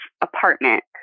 apartment